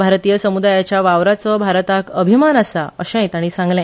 भारतीय सम्दायाच्या वावराचो भारताक अभीमान आसा अशेय तांणी सांगले